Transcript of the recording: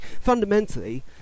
fundamentally